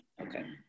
Okay